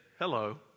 hello